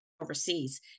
overseas